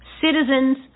Citizens